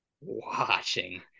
watching